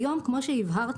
כיום כמו שהבהרתי,